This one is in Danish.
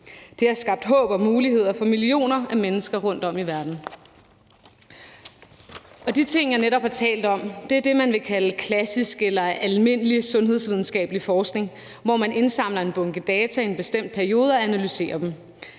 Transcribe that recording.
Det har skabt håb og muligheder for millioner af mennesker rundtom i verden. De ting, jeg netop har talt om, er det, man vil kalde klassisk eller almindelig sundhedsvidenskabelig forskning, hvor man indsamler en bunke data i en bestemt periode og analyserer dem.